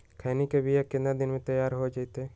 खैनी के बिया कितना दिन मे तैयार हो जताइए?